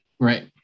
Right